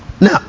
Now